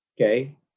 Okay